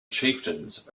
chieftains